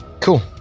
Cool